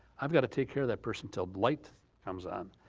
i've gotta take care of that person until the light comes on.